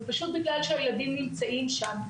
זה פשוט בגלל שהילדים נמצאים שם.